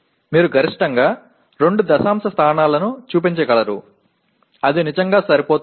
మీరు గరిష్టంగా 2 దశాంశ స్థానాలను చూపించగలరు అది నిజంగా సరిపోతుంది